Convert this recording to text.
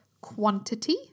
quantity